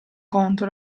conto